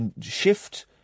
shift